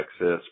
access